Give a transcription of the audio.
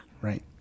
Right